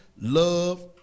love